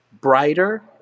brighter